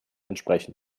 entsprechen